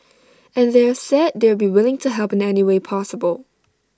and they've said they'd be willing to help in any way possible